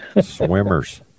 Swimmers